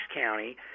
county